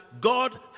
God